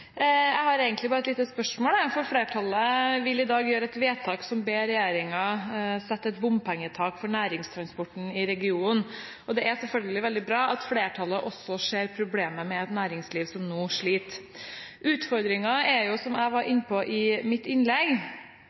Jeg har egentlig bare et lite spørsmål. Flertallet vil i dag gjøre et vedtak der en ber regjeringen sette et bompengetak for næringstransporten i regionen. Det er selvfølgelig veldig bra at flertallet også ser problemet med et næringsliv som nå sliter. Utfordringen er – som jeg var inne på i mitt innlegg